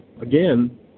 again